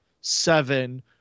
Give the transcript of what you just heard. seven